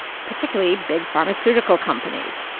particularly big pharmaceutical companies.